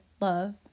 love